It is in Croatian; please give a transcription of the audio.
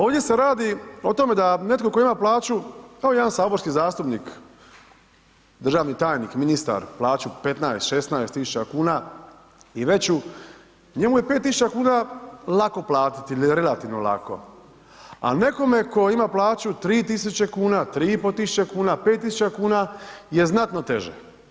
Ovdje se radi o tome da netko tko ima plaću kao jedan saborski zastupnik, državni tajnik, ministar, plaću 15, 16 tisuća kuna i veću njemu je 5 tisuća kuna lako platiti ili relativno lako ali nekome tko ima plaću 3 tisuće kuna, 3,5 tisuće kuna, 5 tisuća kuna je znatno teže.